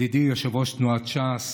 ידידי יושב-ראש תנועת ש"ס